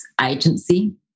agency